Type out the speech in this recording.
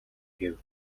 гэв